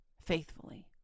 faithfully